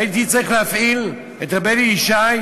והייתי צריך להפעיל את רבי אלי ישי,